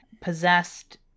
possessed